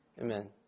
Amen